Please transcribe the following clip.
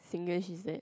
Singlish is it